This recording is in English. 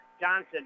Johnson